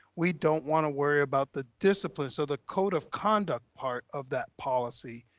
we don't want to worry about the discipline. so the code of conduct part of that policy,